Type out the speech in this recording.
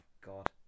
God